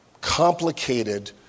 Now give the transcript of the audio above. complicated